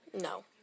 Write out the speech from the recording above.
no